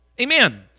Amen